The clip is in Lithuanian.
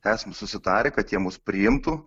esame susitarę kad jie mus priimtų